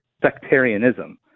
sectarianism